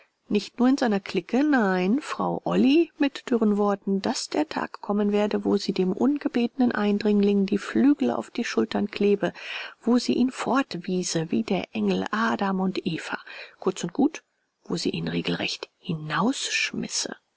nicht nur in seiner clique nein frau olly mit dürren worten daß der tag kommen werde wo sie dem ungebetenen eindringling die flügel auf die schultern klebe wo sie ihn fortwiese wie der engel adam und eva kurz und gut wo sie ihn regelrecht